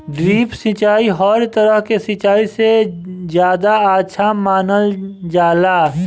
drip सिंचाई हर तरह के सिचाई से ज्यादा अच्छा मानल जाला